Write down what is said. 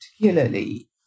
particularly